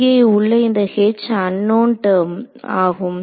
இங்கே உள்ள இந்த H அன்னோன் டெர்ம் ஆகும்